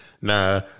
Nah